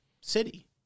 city